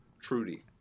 Trudy